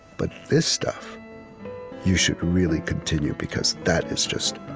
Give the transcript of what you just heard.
but this stuff you should really continue, because that is just